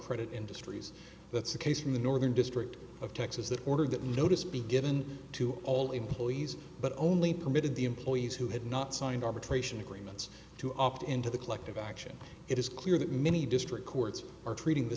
credit industries that's a case in the northern district of texas that ordered that notice be given to all employees but only permitted the employees who had not signed arbitration agreements to opt into the collective action it is clear that many district courts are treating th